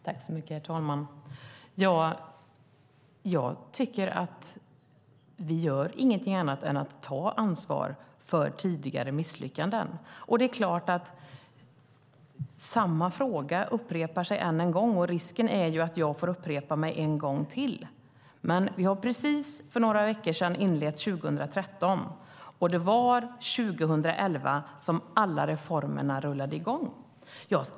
Herr talman! Jag tycker att vi inte gör något annat än att ta ansvar för tidigare misslyckanden. Samma fråga upprepas, och risken är att jag får upprepa mig en gång till. Vi har för några veckor sedan inlett 2013, och det var 2011 som alla reformerna rullade i gång.